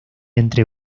entre